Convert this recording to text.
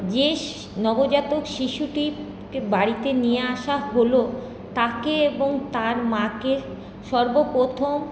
যে নবজাতক শিশুটির বাড়িতে নিয়ে আসা হল তাকে এবং তার মাকে সর্বপ্রথম